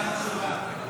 נתקבלה.